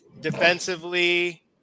defensively